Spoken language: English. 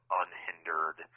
unhindered